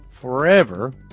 forever